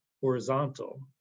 horizontal